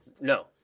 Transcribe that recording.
No